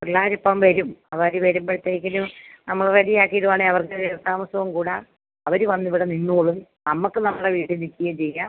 പിള്ളേരിപ്പം വരും അവർ വരുമ്പഴത്തേക്കിലും നമ്മൾ റെഡിയാക്കിയിട്ട് വേണമെങ്കിൽ അവർക്ക് ഒരു താമസവും കൂടാം അവർ വന്ന് ഇവിടെ നിന്നോളും നമുക്ക് നമ്മളെ വീട്ടിൽ നിൽക്കുകയും ചെയ്യാം